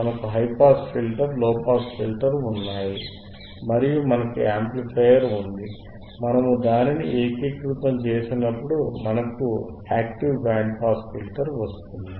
మనకు high pass filter low pass filter ఉన్నాయి మరియు మనకు యాంప్లిఫైయర్ ఉంది మనము దానిని ఏకీకృతం చేసినప్పుడు మనకు యాక్టివ్ బ్యాండ్ పాస్ ఫిల్టర్ వస్తుంది